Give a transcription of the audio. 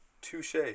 Touche